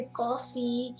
coffee